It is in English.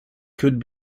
could